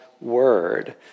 word